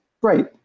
Great